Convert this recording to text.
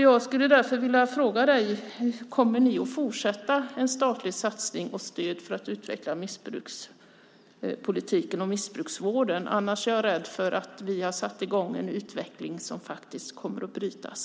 Jag skulle därför vilja fråga dig: Kommer ni att fortsätta denna statliga satsning och ge stöd för att utveckla missbrukspolitiken och missbrukarvården? Annars är jag rädd att den utveckling vi har satt i gång kommer att brytas.